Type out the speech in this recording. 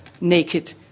naked